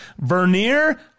Vernier